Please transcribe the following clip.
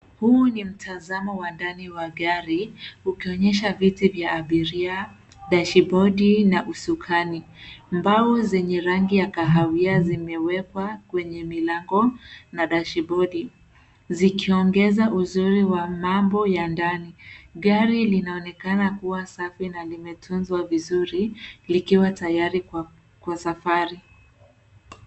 Huu ni mtazamo wa ndani wa gari, ukionyesha viti vya abiria, dashibodi, na usukani. Mbao zenye rangi ya kahawia zimewekwa kwenye milango na dashibodi, zikiongeza uzuri wa mambo ya ndani. Gari linaonekana kua safi na limetunzwa vizuri, likiwa tayari kwa safari.